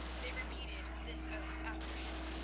they repeated this oath after him,